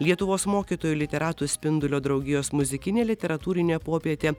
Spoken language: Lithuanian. lietuvos mokytojų literatų spindulio draugijos muzikinė literatūrinė popietė